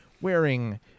wearing